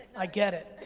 i get it.